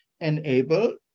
enable